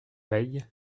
veille